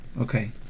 Okay